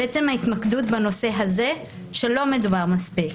בעצם ההתמקדות בנושא הזה שלא מדובר מספיק.